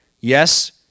Yes